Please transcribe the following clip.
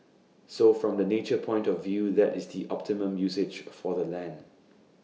so from the nature point of view that is the optimum usage for the land